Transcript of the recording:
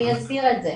אני אסביר את זה.